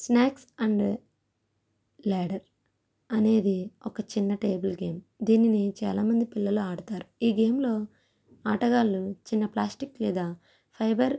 snakes and ladder అనేది ఒక చిన్న టేబుల్ గేమ్ దీనిని చాల మంది పిల్లలు ఆడతారు ఈ గేమ్లో ఆటగాళ్లు చిన్న ప్లాస్టిక్ లేదా ఫైబర్